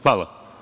Hvala.